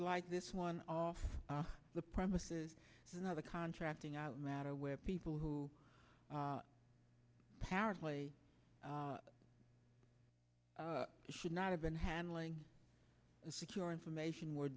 or like this one off the premises another contracting out matter where people who apparently should not have been handling secure information were